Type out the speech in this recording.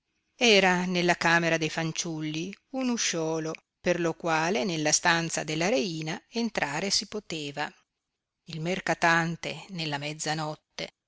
era nella camera de fanciulli un usciolo per lo quale nella stanza della reina entrare si poteva il mercatante nella